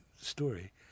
story